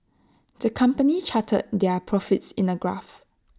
the company charted their profits in A graph